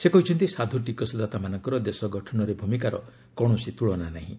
ସେ କହିଛନ୍ତି ସାଧୁ ଟିକସଦାତାମାନଙ୍କର ଦେଶ ଗଠନରେ ଭୂମିକାର କୌଣସି ତୁଳନା ନାହିଁ